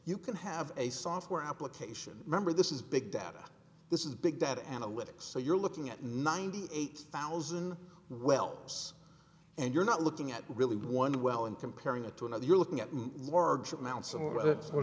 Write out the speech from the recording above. you can have a software application remember this is big data this is big data analytics so you're looking at ninety eight thousand wells and you're not looking at really one well and comparing it to another you're looking at